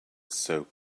soap